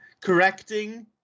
correcting